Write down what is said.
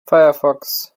firefox